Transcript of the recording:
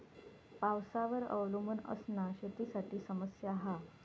पावसावर अवलंबून असना शेतीसाठी समस्या हा